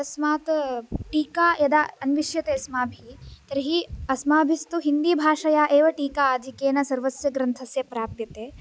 तस्मात् टीका यदा अन्विष्यते अस्माभिः तर्हि अस्माभिस्तु हिन्दिभाषया एव टिका आधिक्येन सर्वस्य ग्रन्थस्य प्राप्यते